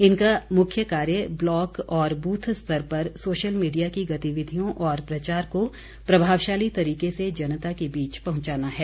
इनका मुख्य कार्य ब्लॉक और ब्रथ स्तर पर सोशल मीडिया की गतिविधियों और प्रचार को प्रभावशाली तरीके से जनता के बीच पहुंचाना है